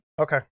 okay